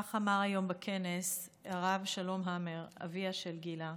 כך אמר היום בכנס הרב שלום המר, אביה של גילה.